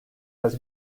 has